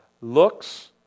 Looks